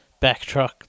Backtruck